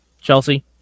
Chelsea